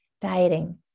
dieting